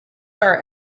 are